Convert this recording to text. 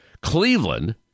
cleveland